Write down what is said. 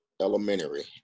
Elementary